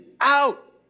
out